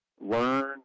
learn